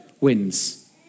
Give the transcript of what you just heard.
wins